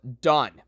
done